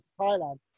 Thailand